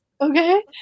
okay